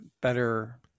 better